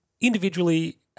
individually